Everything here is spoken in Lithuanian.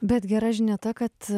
bet gera žinia ta kad